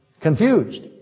Confused